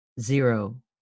zero